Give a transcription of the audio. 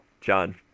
John